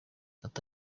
ati